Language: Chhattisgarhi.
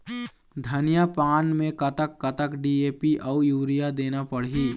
धनिया पान मे कतक कतक डी.ए.पी अऊ यूरिया देना पड़ही?